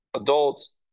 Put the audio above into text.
adults